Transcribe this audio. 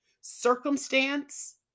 circumstance